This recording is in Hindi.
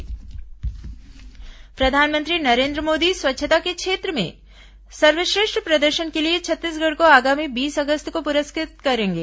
छत्तीसगढ स्वच्छता सम्मान प्रधानमंत्री नरेन्द्र मोदी स्वच्छता के क्षेत्र में सर्वश्रेष्ठ प्रदर्शन के लिए छत्तीसगढ़ को आगामी बीस अगस्त को पुरस्कृत करेंगे